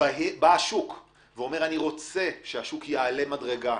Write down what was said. בא השוק ואומר: אני רוצה שהשוק יעלה מדרגה.